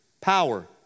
power